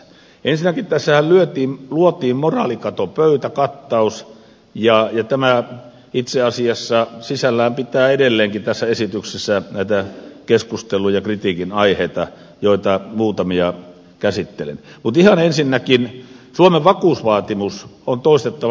ensinnäkin tässähän luotiin moraalikatopöytäkattaus ja tämä itse asiassa sisällään pitää edelleenkin tässä esityksessä näitä keskusteluja ja kritiikinaiheita joita muutamia käsittelen mutta ihan ensinnäkin suomen vakuusvaatimus on toistettava